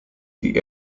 die